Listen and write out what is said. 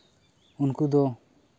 ᱩᱱᱠᱩ ᱫᱚ